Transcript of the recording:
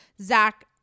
Zach